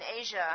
Asia